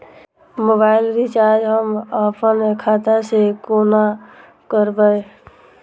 Mobile recharge हम आपन खाता से कोना करबै?